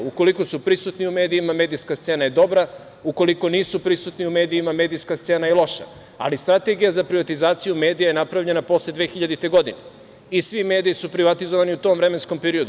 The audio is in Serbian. Ukoliko su prisutni u medijima, medijska scena je dobra, ukoliko nisu prisutni u medijima, medijska scena je loša, ali strategija za privatizaciju medija je napravljena posle 2000. godine i svi mediji su privatizovani u tom vremenskom periodu.